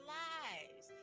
lives